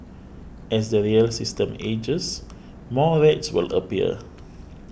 as the rail system ages more rats will appear